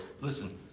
Listen